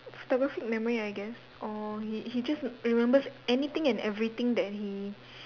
photographic memory I guess or he he just remembers anything and everything that he